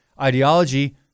ideology